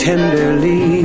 Tenderly